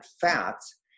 fats